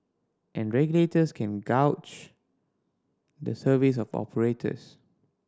and regulators can gauge the service of operators